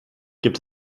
gibt